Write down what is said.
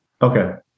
okay